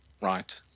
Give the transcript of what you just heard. right